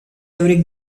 every